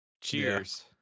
Cheers